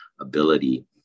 ability